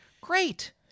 great